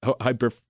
hyper